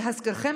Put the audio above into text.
להזכירכם,